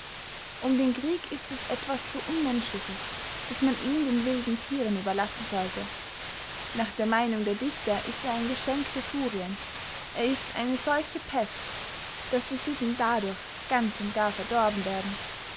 um den krieg ist es etwas so unmenschliches daß man ihn den wilden thieren überlassen sollte nach der meynung der dichter ist er ein geschenk der furien er ist eine solche pest daß die sitten dadurch ganz und gar verdorben werden